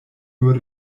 nur